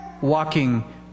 walking